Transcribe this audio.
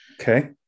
Okay